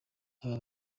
aba